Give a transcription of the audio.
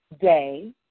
day